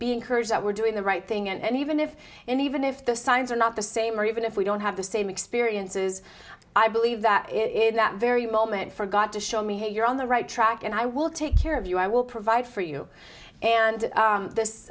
be encouraged that we're doing the right thing and even if and even if the signs are not the same or even if we don't have the same experiences i believe that in that very moment for god to show me here you're on the right track and i will take care of you i will provide for you and